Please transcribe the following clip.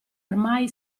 ormai